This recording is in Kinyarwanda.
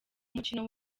mukino